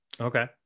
Okay